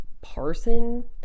parson